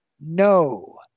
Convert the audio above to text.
no